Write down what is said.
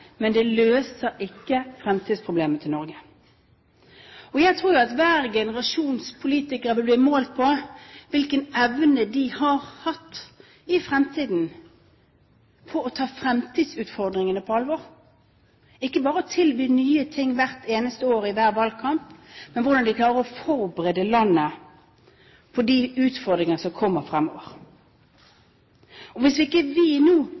men det løser ikke fremtidsproblemene til Norge. Jeg tror at hver generasjons politikere i fremtiden vil bli målt på hvilken evne de har hatt til å ta fremtidsutfordringene på alvor, ikke bare tilby nye ting hvert eneste år og i hver valgkamp, men hvordan de klarer å forberede landet på de utfordringer som kommer fremover. Hvis ikke vi nå